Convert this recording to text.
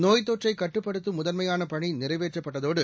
நோய்த்தொற்றை கட்டுப்படுத்தும் முதன்மையான பணி நிறைவேற்றப்பட்டதோடு